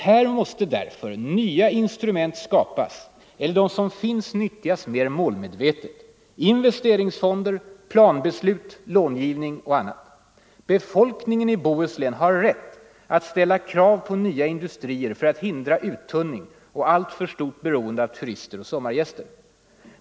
——-- Här måste därför nya instrument skapas eller de som finns nyttjas mer målmedvetet: investeringsfonder, planbeslut, långivning och annat. Befolkningen i Bohuslän har rätt att ställa krav på nya industrier för att hindra uttunning och alltför stort beroende av turister och sommargäster.